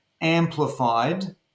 amplified